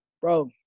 bro